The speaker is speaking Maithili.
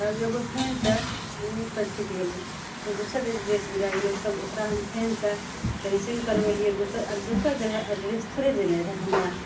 तब एगो फेनसँ उ तऽ छुटि गेलय फेर दोसर एड्रेस जे दै गेलै तब ओकरा हम फेनसँ कैंसिल करबेलियै दोसर आ दोसर जगह अड्रेस थोड़े जेनाइ रहय हमरा